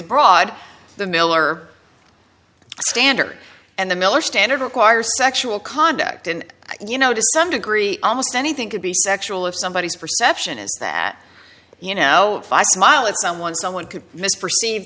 broad the miller standard and the miller standard require sexual conduct and you know to some degree almost anything could be sexual if somebody is perception is that you know if i smile at someone someone could perceive